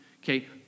Okay